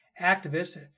Activists